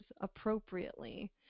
appropriately